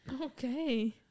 okay